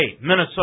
Minnesota